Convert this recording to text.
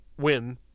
Win